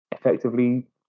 effectively